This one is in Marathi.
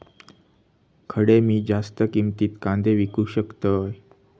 खडे मी जास्त किमतीत कांदे विकू शकतय?